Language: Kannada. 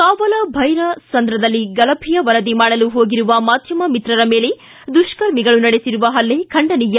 ಕಾವಲಭೈರಸಂದ್ರದಲ್ಲಿ ಗಲಭೆ ವರದಿ ಮಾಡಲು ಹೋಗಿರುವ ಮಾಧ್ಯಮ ಮಿತ್ತರ ಮೇಲೆ ದುಷ್ಕರ್ಮಿಗಳು ನಡೆಸಿರುವ ಪಲ್ಲೆ ಖಂಡನೀಯ